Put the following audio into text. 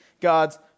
God's